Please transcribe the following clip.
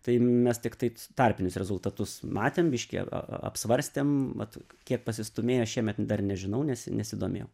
tai mes tiktai tarpinius rezultatus matėm biškį aa apsvarstėm vat kiek pasistūmėjo šiemet dar nežinau nesi nesidomėjau